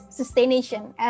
sustainability